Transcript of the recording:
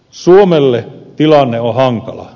suomelle tilanne on hankala